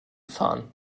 fahren